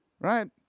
right